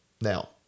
Now